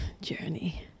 journey